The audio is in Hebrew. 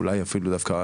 אולי אפילו דווקא